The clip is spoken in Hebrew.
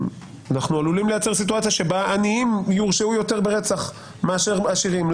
אנחנו עלולים לייצר סיטואציה שבה עניים יורשעו יותר ברצח מאשר עשירים.